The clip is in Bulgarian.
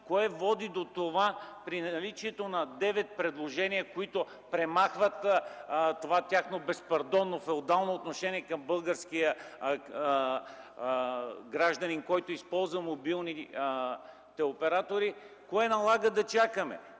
кое води до това, при наличието на девет предложения, които премахват това тяхно безпардонно, феодално отношение към българския гражданин, който използва мобилните оператори? Кое налага да чакаме?